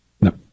No